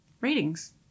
ratings